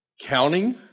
counting